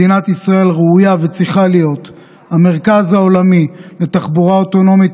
מדינת ישראל ראויה וצריכה להיות המרכז העולמי לתחבורה אוטונומית,